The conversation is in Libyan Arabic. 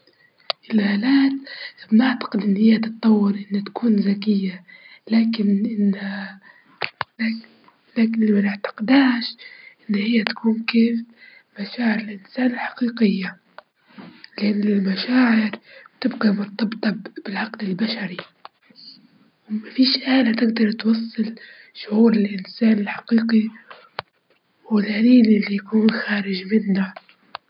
أكيد طبعًا الأفراد يبقى ليهم حق اختيار البلد، واختيار الحياة اللي يبوا بيعيشوا بها، سواء كانت الحياة اليومية أو الحياة المهنية، ومن ناحية الأمان والراحة والصحة ويكون ليهم جزء من حرياتهم الشخصية.